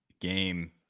game –